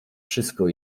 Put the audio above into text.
wszystko